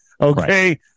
Okay